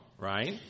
Right